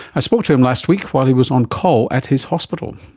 i spoke to him last week while he was on call at his hospital.